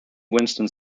winston